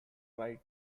right